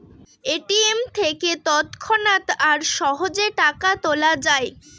ATM থেকে তৎক্ষণাৎ আর সহজে টাকা তোলা যায়